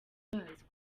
bazi